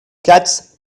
cats